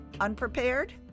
unprepared